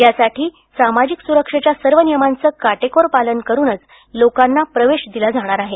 याठिकाणी सामाजिक सुरक्षेच्या सर्व नियमांचं काटेकोर पालन करूनच लोकांना प्रवेश दिला जाणार आहे